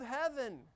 heaven